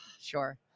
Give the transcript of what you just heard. Sure